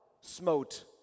smote